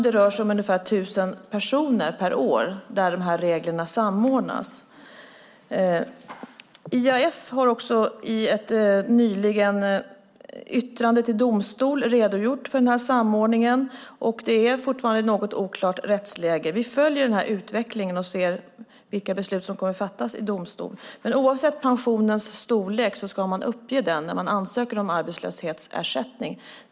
Det rör sig om ungefär 1 000 personer per år för vilka de här reglerna samordnas. IAF har nyligen i ett yttrande till domstol redogjort för den här samordningen, och det är fortfarande ett något oklart rättsläge. Vi följer utvecklingen och ser vilka beslut som kommer att fattas i domstol. Oavsett pensionens storlek ska man uppge den när man ansöker om arbetslöshetsersättning.